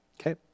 Okay